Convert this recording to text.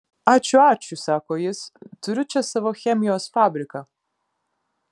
ačiū ačiū sako jis turiu čia savo chemijos fabriką